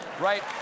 right